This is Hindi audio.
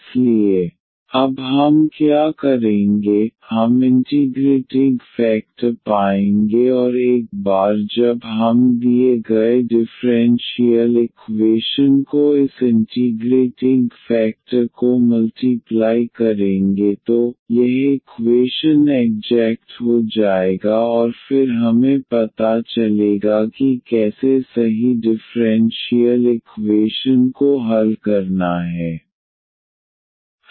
इसलिए अब हम क्या करेंगे हम इंटीग्रेटिंग फैक्टर पाएंगे और एक बार जब हम दिए गए डिफरेंशियल इक्वेशन को इस इंटीग्रेटिंग फैक्टर को मल्टीप्लाई करेंगे तो यह इक्वेशन एग्जेक्ट हो जाएगा और फिर हमें पता चलेगा कि कैसे सही डिफरेंशियल इक्वेशन को हल करना है